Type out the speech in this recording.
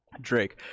Drake